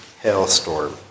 hailstorm